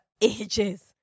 ages